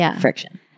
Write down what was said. friction